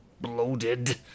bloated